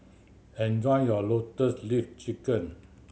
enjoy your Lotus Leaf Chicken